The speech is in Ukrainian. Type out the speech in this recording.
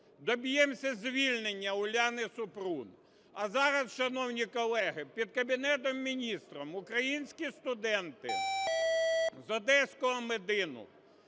доб'ємося звільнення Уляни Супрун. А зараз, шановні колеги, під Кабінетом Міністрів українські студенти з одеського медіну,